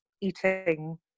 eating